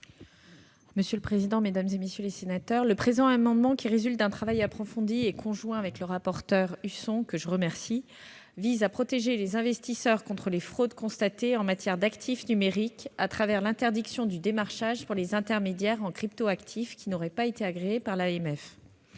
: La parole est à Mme la secrétaire d'État. Le présent amendement, qui résulte d'un travail approfondi et conjoint avec le rapporteur Jean-François Husson, que je remercie, vise à protéger les investisseurs contre les fraudes constatées en matière d'actifs numériques, au travers de l'interdiction du démarchage pour les intermédiaires en crypto-actifs qui n'auraient pas été agréés par l'AMF.